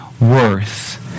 worth